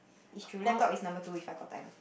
is true laptop is number two if I got time